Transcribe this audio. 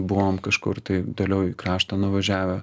buvom kažkur tai toliau į kraštą nuvažiavę